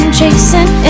chasing